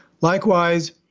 Likewise